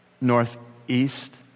northeast